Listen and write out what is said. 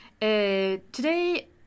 today